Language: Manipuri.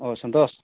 ꯑꯣ ꯁꯟꯇꯣꯁ